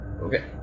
Okay